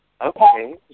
Okay